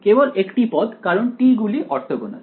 কেবল একটি পদ কারণ t গুলি অর্থগণাল